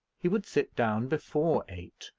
he would sit down before eight,